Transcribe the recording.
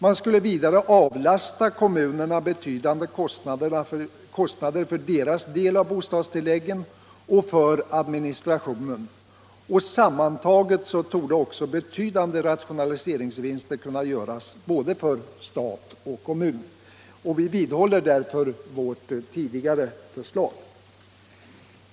Man skulle vidare avlasta kommunerna betydande kostnader för deras del av bostadstilläggen och för administrationen, och sammantaget torde också betydande rationaliseringsvinster kunna göras för både stat och kommun. Vi vidhåller därför våra tidigare förslag.